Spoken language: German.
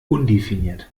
undefiniert